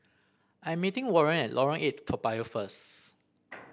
I'm meeting Warren at Lorong Eight Toa Payoh first